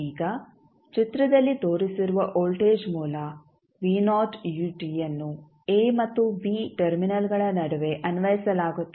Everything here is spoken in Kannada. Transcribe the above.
ಈಗ ಚಿತ್ರದಲ್ಲಿ ತೋರಿಸಿರುವ ವೋಲ್ಟೇಜ್ ಮೂಲ ಯನ್ನು a ಮತ್ತು b ಟರ್ಮಿನಲ್ಗಳ ನಡುವೆ ಅನ್ವಯಿಸಲಾಗುತ್ತದೆ